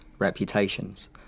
reputations